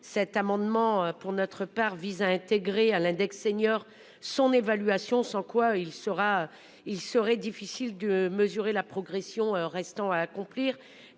cet amendement. Pour notre part VISA intégrer à l'index senior son évaluation sans quoi il sera, il serait difficile de mesurer la progression restant à accomplir,